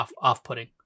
off-putting